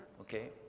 okay